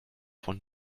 von